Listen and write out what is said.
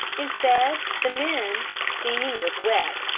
instead, the men, steaming with wet,